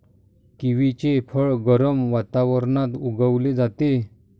किवीचे फळ गरम वातावरणात उगवले जाते